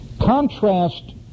Contrast